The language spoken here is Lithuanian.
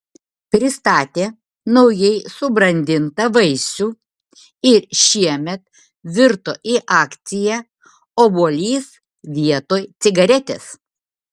pristatė naujai subrandintą vaisių ir šiemet virto į akciją obuolys vietoj cigaretės